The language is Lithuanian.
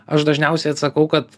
aš dažniausiai atsakau kad